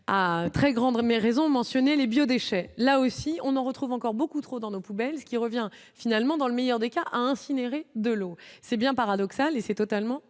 à très grande remet raison les biodéchets, là aussi, on en retrouve encore beaucoup trop dans nos poubelles, ce qui revient finalement dans le meilleur des cas à incinérer de l'eau, c'est bien paradoxal et c'est totalement intolérable,